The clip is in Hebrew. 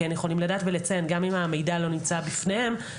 יכולים לדעת גם אם המידע לא נמצא בפניהם,